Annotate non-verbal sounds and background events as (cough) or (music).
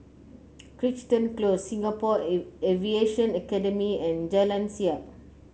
Crichton Close Singapore (unintelligible) Aviation Academy and Jalan Siap